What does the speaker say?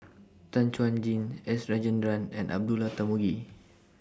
Tan Chuan Jin S Rajendran and Abdullah Tarmugi